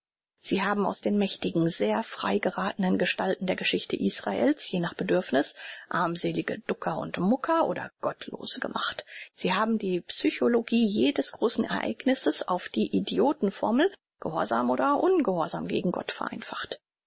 sie haben aus den mächtigen sehr frei gerathenen gestalten der geschichte israel's je nach bedürfniß armselige ducker und mucker oder gottlose gemacht sie haben die psychologie jedes großen ereignisses auf die idioten formel gehorsam oder ungehorsam gegen gott vereinfacht